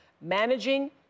Managing